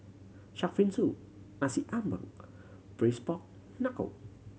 shark fin soup Nasi Ambeng Braised Pork Knuckle